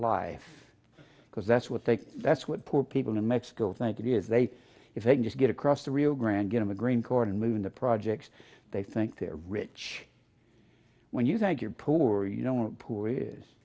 life because that's what they that's what poor people in mexico think it is they if they can just get across the rio grande get a green card and move in the projects they think they're rich when you think you're poor